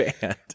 band